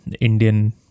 Indian